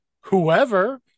whoever